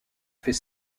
fait